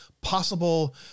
possible